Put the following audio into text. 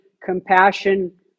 compassion